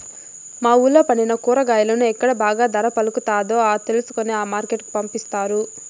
మా వూళ్ళో పండిన కూరగాయలను ఎక్కడ బాగా ధర పలుకుతాదో తెలుసుకొని ఆ మార్కెట్ కు పంపిస్తారు